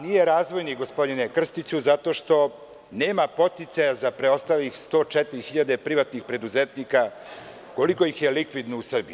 Nije razvojni, gospodine Krstiću zato što nema podsticaja za preostalih 104privatnih preduzetnika koliko ih je likvidno u Srbiji.